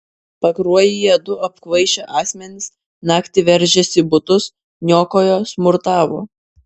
pakruojyje du apkvaišę asmenys naktį veržėsi į butus niokojo smurtavo